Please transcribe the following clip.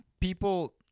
People